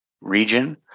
region